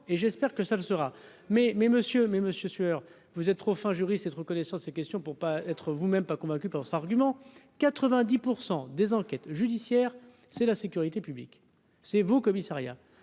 et j'espère que ça ne sera, mais, mais, monsieur, mais monsieur Sueur, vous êtes trop fin juriste, cette reconnaissance ces questions pour pas être vous-même pas convaincu par argument 90 pour 100 des enquêtes judiciaires, c'est la sécurité publique. C'est vous, commissariat,